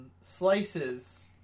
Slices